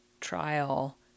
trial